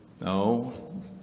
No